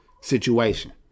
situation